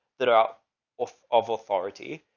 that are off of authority,